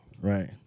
right